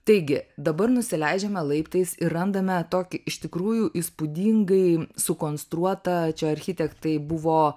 taigi dabar nusileidžiame laiptais ir randame tokį iš tikrųjų įspūdingai sukonstruotą čia architektai buvo